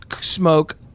smoke